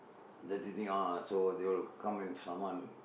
dirty thing all so they will come and summon